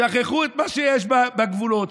שכחו את מה שיש בגבולות,